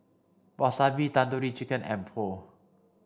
Wasabi Tandoori Chicken and Pho